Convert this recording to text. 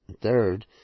Third